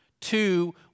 Two